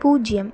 പൂജ്യം